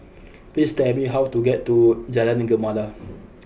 please tell me how to get to Jalan Gemala